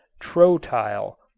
trotyl,